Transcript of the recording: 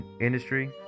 industry